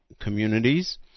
communities